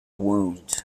wound